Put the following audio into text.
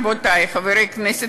רבותי חברי הכנסת,